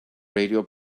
radio